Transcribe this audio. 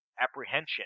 apprehension